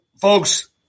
folks